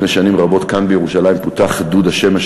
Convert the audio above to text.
לפני שנים רבות כאן בירושלים פותח דוד השמש